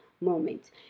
moment